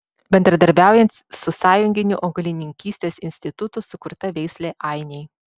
bendradarbiaujant su sąjunginiu augalininkystės institutu sukurta veislė ainiai